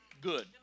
good